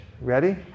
Ready